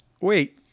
Wait